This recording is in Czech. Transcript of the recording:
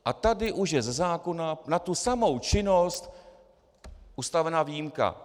A tady už je ze zákona na tu samou činnost ustavena výjimka.